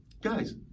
Guys